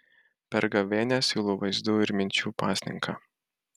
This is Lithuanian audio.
per gavėnią siūlo vaizdų ir minčių pasninką